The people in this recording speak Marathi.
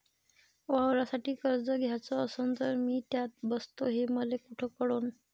वावरासाठी कर्ज घ्याचं असन तर मी त्यात बसतो हे मले कुठ कळन?